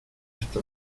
esta